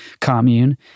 commune